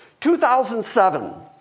2007